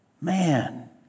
man